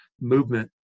movement